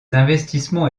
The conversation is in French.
investissements